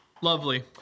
Lovely